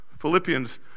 Philippians